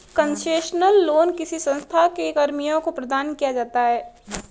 concessional loan किसी संस्था के कर्मियों को प्रदान किया जाता है